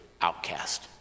outcast